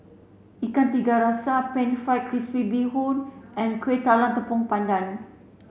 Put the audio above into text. Ikan Tiga Rasa pan fried crispy bee hoon and Kueh Talam Tepong Pandan